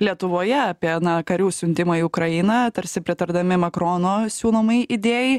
lietuvoje apie na karių siuntimą į ukrainą tarsi pritardami makrono siūlomai idėjai